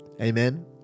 Amen